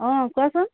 অ কোৱাচোন